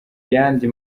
yandi